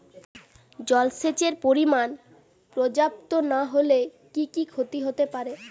জলসেচের পরিমাণ পর্যাপ্ত না হলে কি কি ক্ষতি হতে পারে?